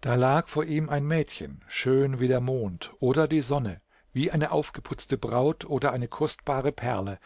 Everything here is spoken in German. da lag vor ihm ein mädchen schön wie der mond oder die sonne wie eine aufgeputzte braut oder eine kostbare perle